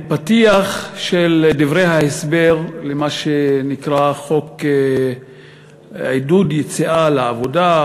הפתיח של דברי ההסבר למה שנקרא חוק עידוד יציאה לעבודה,